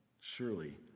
Surely